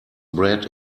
bred